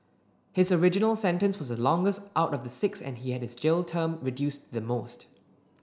his original sentence was the longest out of the six and he had his jail term reduced the most